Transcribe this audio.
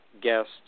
guests